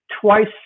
twice